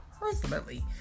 personally